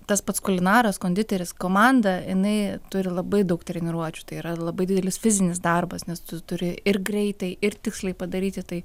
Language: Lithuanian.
tas pats kulinaras konditeris komanda jinai turi labai daug treniruočių tai yra labai didelis fizinis darbas nes tu turi ir greitai ir tiksliai padaryti tai